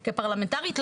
כפרלמנטרית,